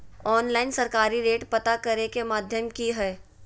Online सरकारी rate पता करे के माध्यम की हय?